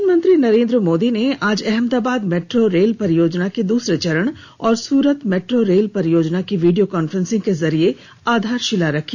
प्रधानमंत्री नरेन्द्र मोदी ने आज अहमदाबाद मैट्रो रेल परियोजना के दूसरे चरण और सूरत मैट्रो रेल परियोजना की वीडियो कान्फ्रॅसिंग के जरिये आधारशिला रखी